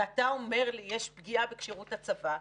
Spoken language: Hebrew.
ואתה אומר לי: יש פגיעה בכשירות הצבא,